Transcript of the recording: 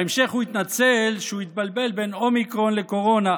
בהמשך הוא התנצל שהוא התבלבל בין אומיקרון לקורונה.